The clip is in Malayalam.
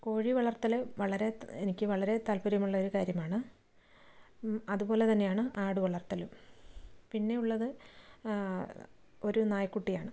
കോഴി വളർത്തല് വളരെ എനിക്ക് വളരെ താല്പര്യമുള്ളൊരു കാര്യമാണ് അതുപോലെ തന്നെയാണ് ആട് വളർത്തലും പിന്നെയുള്ളത് ഒരു നായ് കുട്ടിയാണ്